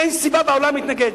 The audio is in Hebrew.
אין סיבה בעולם להתנגד.